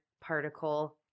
particle